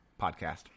podcast